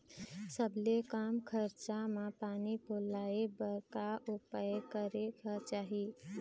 सबले कम खरचा मा पानी पलोए बर का उपाय करेक चाही?